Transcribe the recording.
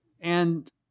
And-